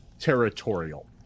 territorial